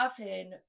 often